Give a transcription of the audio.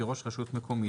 כראש רשות מקומית,